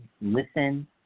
listen